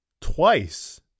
twice